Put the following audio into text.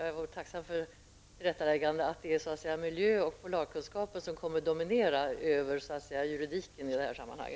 Jag vore i så fall tacksam för ett tillrättaläggande om att det är miljö och polarkunskapen som kommer att dominera över juridiken i detta sammanhang.